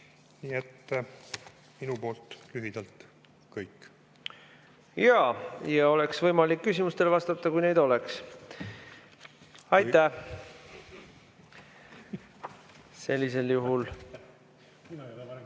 Minu poolt lühidalt kõik. Jaa. Oleks võimalik küsimustele vastata, kui neid oleks. Aitäh! Sellisel juhul